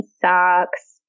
socks